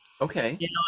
Okay